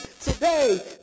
today